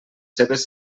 seves